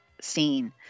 scene